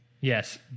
Yes